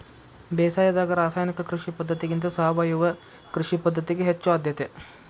ಬೇಸಾಯದಾಗ ರಾಸಾಯನಿಕ ಕೃಷಿ ಪದ್ಧತಿಗಿಂತ ಸಾವಯವ ಕೃಷಿ ಪದ್ಧತಿಗೆ ಹೆಚ್ಚು ಆದ್ಯತೆ